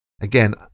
Again